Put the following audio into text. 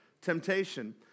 temptation